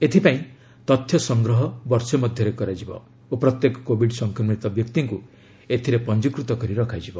ଏଥିପାଇଁ ତଥ୍ୟ ସଂଗ୍ରହ ବର୍ଷେ ମଧ୍ୟରେ କରାଯିବ ଓ ପ୍ରତ୍ୟେକ କୋଭିଡ୍ ସଂକ୍ରମିତ ବ୍ୟକ୍ତିଙ୍କୁ ଏଥିରେ ପଞ୍ଜିକୃତ କରି ରଖାଯିବ